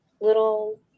Little